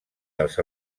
dels